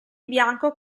bianco